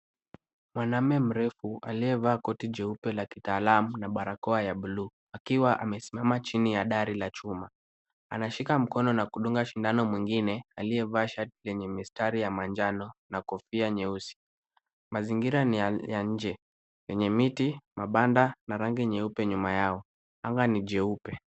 Mwanamme mrefu, aliyevaa koti jeupe la kitaalamu na barakoa ya buluu, akiwa amesimama chini ya dari la chuma. Anashika mkono na kudunga sindano mwingine aliyevaa shati lenye mistari ya manjano na kofia nyeusi. Mazingira ni ya nje, yenye miti, mabanda na rangi nyeupe nyuma yao. Anga ni jeupe.